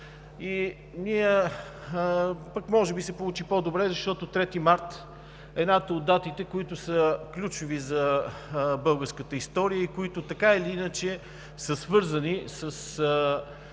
движение. Може би се получи по-добре, защото Трети март е една от датите, които са ключови за българската история и които така или иначе са свързани с